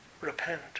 Repent